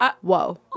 Whoa